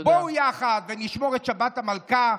בואו יחד נשמור את השבת המלכה,